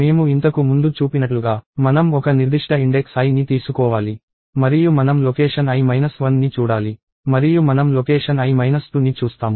మేము ఇంతకు ముందు చూపినట్లుగా మనం ఒక నిర్దిష్ట ఇండెక్స్ iని తీసుకోవాలి మరియు మనం లొకేషన్ i 1ని చూడాలి మరియు మనం లొకేషన్ i 2ని చూస్తాము